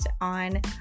on